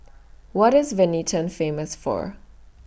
What IS Vientiane Famous For